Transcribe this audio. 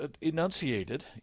enunciated